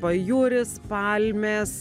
pajūris palmės